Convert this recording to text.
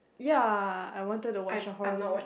ya I wanted to watch a horror movie